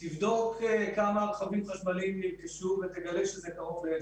כמה רכבים חשמליים נרכשו ותגלה שזה קרוב לאפס.